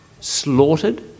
Slaughtered